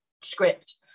script